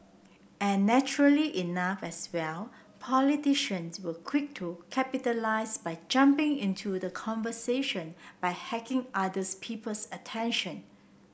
and naturally enough as well politicians were quick to capitalise by jumping into the conversation by hacking others people's attention